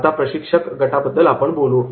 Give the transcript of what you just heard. आता प्रशिक्षकगटा बद्दल आपण बोलू